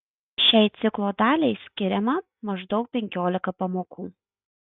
šiai ciklo daliai skiriama maždaug penkiolika pamokų